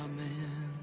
Amen